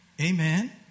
Amen